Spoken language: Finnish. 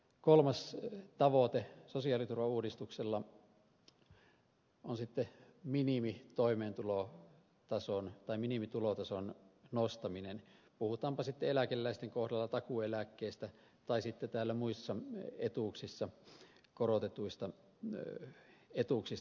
kolmas tavoite sosiaaliturvauudistuksella on minimitulotason nostaminen puhutaanpa sitten eläkeläisten kohdalla takuueläkkeestä tai sitten täällä muissa etuuksissa korotetuista etuuksista